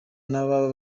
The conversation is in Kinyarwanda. n’ababa